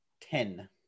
ten